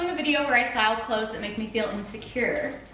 video where i style clothes that make me feel insecure.